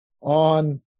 on